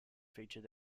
feature